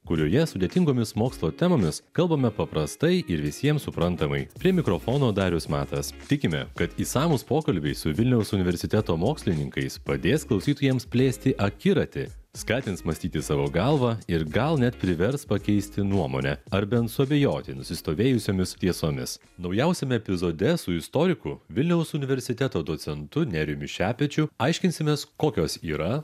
kurioje sudėtingomis mokslo temomis kalbame paprastai ir visiems suprantamai prie mikrofono darius matas tikime kad išsamūs pokalbiai su vilniaus universiteto mokslininkais padės klausytojams plėsti akiratį skatins mąstyti savo galva ir gal net privers pakeisti nuomonę ar bent suabejoti nusistovėjusiomis tiesomis naujausiame epizode su istoriku vilniaus universiteto docentu nerijumi šepečiu aiškinsimės kokios yra